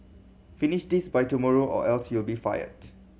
finish this by tomorrow or else you'll be fired